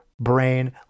brain